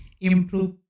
improve